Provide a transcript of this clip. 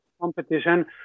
competition